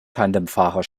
tandemfahrer